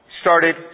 started